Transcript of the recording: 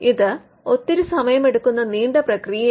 ഇത് ഒത്തിരി സമയമെടുക്കുന്ന നീണ്ട പ്രക്രിയയാണ്